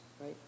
right